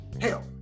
hell